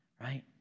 right